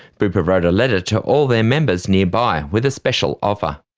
bupa wrote a letter to all their members nearby, with a special offer.